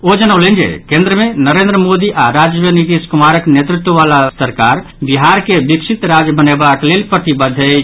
ओ जनौलनि जे केन्द्र मे नरेन्द्र मोदी आओर राज्य मे नीतीश कुमारक नेतृत्व वाला सरकार बिहार के विकसित राज्य बनयबाक लेल प्रतिबद्ध अछि